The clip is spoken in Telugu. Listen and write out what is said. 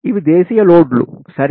ఇవి దేశీయ లోడ్లు సరే